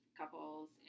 couples